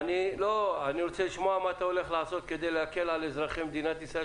אני רוצה לשמוע מה אתה הולך לעשות כדי להקל על אזרחי מדינת ישראל,